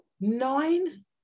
nine